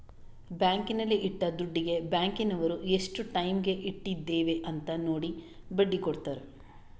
ಬ್ಯಾಂಕಿನಲ್ಲಿ ಇಟ್ಟ ದುಡ್ಡಿಗೆ ಬ್ಯಾಂಕಿನವರು ಎಷ್ಟು ಟೈಮಿಗೆ ಇಟ್ಟಿದ್ದೇವೆ ಅಂತ ನೋಡಿ ಬಡ್ಡಿ ಕೊಡ್ತಾರೆ